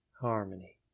harmony